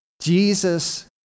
Jesus